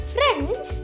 Friends